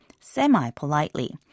Semi-politely